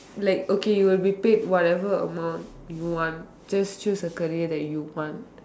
like okay you will be paid whatever amount you want just choose a career that you want